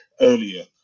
earlier